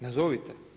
Nazovite.